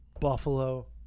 Buffalo